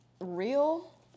real